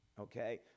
Okay